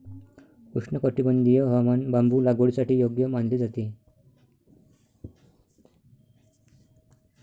उष्णकटिबंधीय हवामान बांबू लागवडीसाठी योग्य मानले जाते